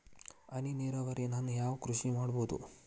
ಹನಿ ನೇರಾವರಿ ನಾಗ್ ಯಾವ್ ಕೃಷಿ ಮಾಡ್ಬೋದು?